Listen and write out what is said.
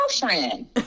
girlfriend